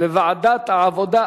לוועדת העבודה,